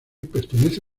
pertenece